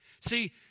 See